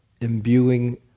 imbuing